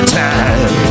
time